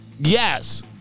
Yes